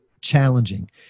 challenging